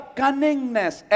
cunningness